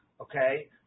Okay